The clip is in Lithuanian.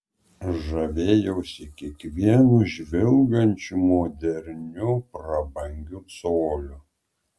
žavėjausi kiekvienu žvilgančiu moderniu prabangiu coliu